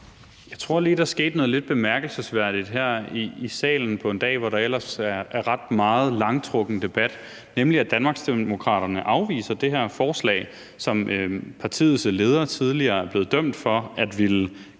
Jeg tror, at der lige skete noget lidt bemærkelsesværdigt her i salen på en dag, hvor der ellers er en ret langtrukken debat, nemlig at Danmarksdemokraterne afviser det her forslag, som partiets leder tidligere er blevet dømt for at ville